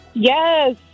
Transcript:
Yes